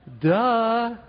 Duh